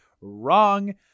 Wrong